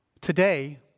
Today